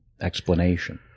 explanation